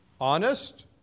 Honest